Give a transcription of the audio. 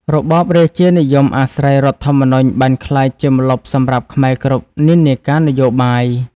របបរាជានិយមអាស្រ័យរដ្ឋធម្មនុញ្ញបានក្លាយជាម្លប់សម្រាប់ខ្មែរគ្រប់និន្នាការនយោបាយ។